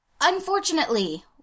Unfortunately